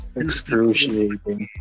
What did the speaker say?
excruciating